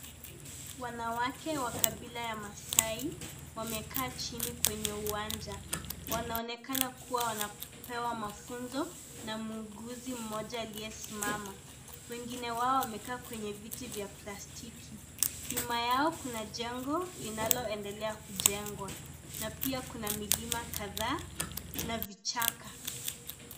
Wanawake wa kabila ya Masai, wamekaa chini kwenye uwanja. Wanaonekana kuwa wanapewa mafunzo na muuguzi mmoja aliyesimama. Wengine wao wamekaa kwenye viti vya plastiki. Nyuma yao kuna jengo linaloendelea kujengwa. Na pia kuna milima kadhaa na vichaka.